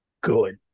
Good